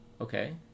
okay